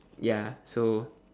ya so